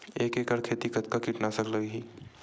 एक एकड़ खेती कतका किट नाशक लगही?